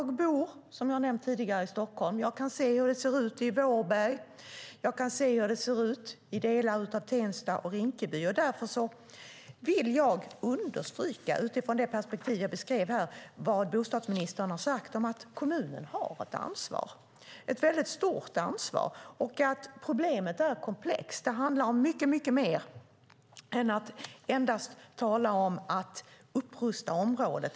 Som jag har nämnt tidigare bor jag i Stockholm. Jag kan se hur det ser ut i Vårberg, och jag kan se hur det ser ut i delar av Tensta och Rinkeby. Därför vill jag, utifrån det perspektiv som jag beskrev, understryka det som bostadsministern har sagt om att kommunen har ett mycket stort ansvar och att problemet är komplext. Det handlar om mycket mer än att endast tala om att upprusta området.